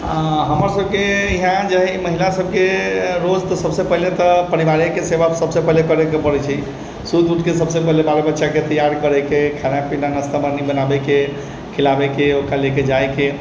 हमर सबके यहाँ जे है महिला सबके रोज तऽ सबसँ पहिले तऽ परिवारेके सेवा सबसँ पहिले करै पड़ै छै सुति उठिके सबसँ पहिले बाल बच्चाके तैयार करैके खाना पीना नास्ता पानी बनाबैके खिलाबैके ओकरा लयके जायके